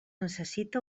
necessita